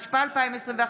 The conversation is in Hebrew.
התשפ"א 2021,